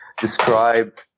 describe